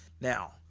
Now